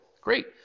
Great